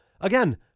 again